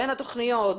בין התוכניות,